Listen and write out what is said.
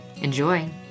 Enjoy